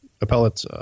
appellate